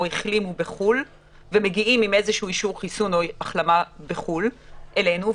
החלימו בחו"ל ומגיעים עם איזשהו אישור חיסון או החלמה בחו"ל אלינו,